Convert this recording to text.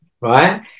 right